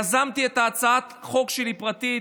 כשאני יזמתי את הצעת החוק שלי, הפרטית,